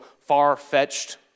far-fetched